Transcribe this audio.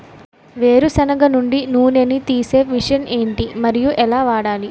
వేరు సెనగ నుండి నూనె నీ తీసే మెషిన్ ఏంటి? మరియు ఎలా వాడాలి?